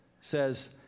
says